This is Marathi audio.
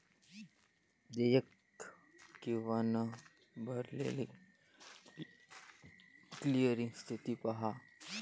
देयक किंवा न भरलेली क्लिअरिंग स्थिती पहा